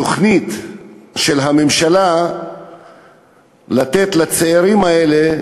תוכנית של הממשלה לתת לצעירים האלה